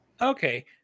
Okay